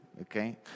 Okay